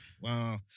Wow